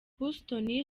houston